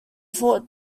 fort